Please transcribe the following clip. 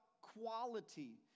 quality